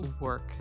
work